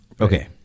Okay